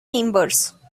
members